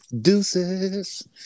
Deuces